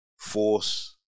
force